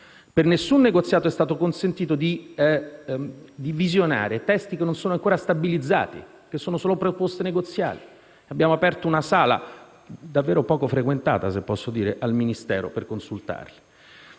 Per nessun negoziato è stato consentito di visionare testi non ancora stabilizzati, che sono solo proposte negoziali: al Ministero abbiamo aperto una sala, davvero poco frequentata - se posso dirlo -, per consultarli.